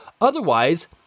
Otherwise